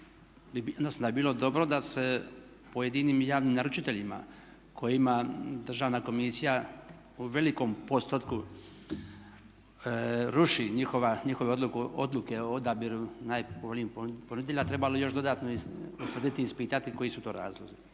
da bi bilo dobro da se pojedinim javnim naručiteljima kojima Državna komisija u velikom postotku ruši njihove odluke o odabiru najpovoljnijih ponuda trebalo još dodatno utvrditi, ispitati koji su to razlozi.